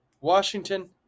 Washington